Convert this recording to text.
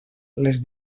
les